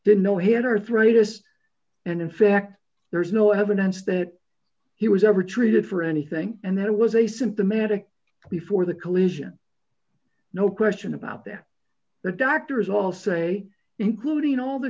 didn't know he had arthritis and in fact there's no evidence that he was ever treated for anything and that was asymptomatic before the collision no question about that the doctors all say including all the